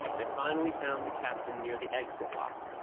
they finally found the captain near the exit lock,